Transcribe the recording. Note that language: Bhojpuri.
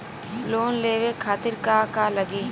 लोन लेवे खातीर का का लगी?